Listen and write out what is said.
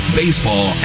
baseball